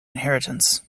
inheritance